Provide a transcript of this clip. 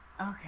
Okay